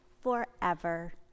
forever